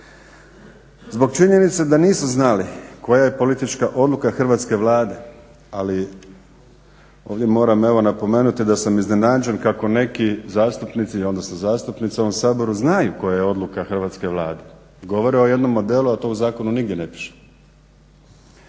Zbog činjenice da nisu znali koja je politička odluka hrvatske Vlade, ali ovdje moram napomenuti da sam iznenađen kako neki zastupnici odnosno zastupnice u ovom saboru znaju koja je odluka hrvatske Vlade. Govore o jednom modelu a to u zakonu nigdje ne piše,